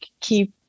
keep